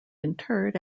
interred